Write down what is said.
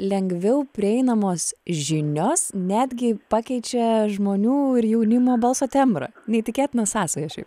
lengviau prieinamos žinios netgi pakeičia žmonių ir jaunimo balso tembrą neįtikėtina sąsaja šiaip